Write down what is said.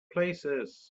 places